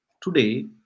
today